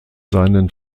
seinen